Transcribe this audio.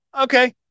Okay